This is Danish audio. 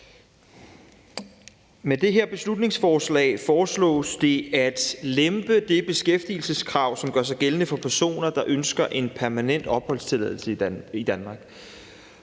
Med det her beslutningsforslag foreslås det at lempe det beskæftigelseskrav, som gør sig gældende for personer, der ønsker en permanent opholdstilladelse i Danmark.